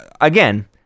again